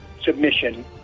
submission